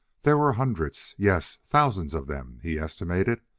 there were hundreds yes, thousands of them, he estimated.